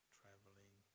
traveling